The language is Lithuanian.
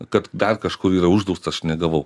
kad dar kažkur yra uždrausta aš negavau